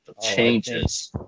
changes